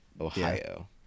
Ohio